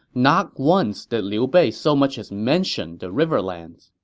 not once did liu bei so much as mention the riverlands